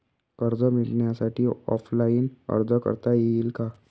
कर्ज मिळण्यासाठी ऑफलाईन अर्ज करता येईल का?